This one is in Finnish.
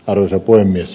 arvoisa puhemies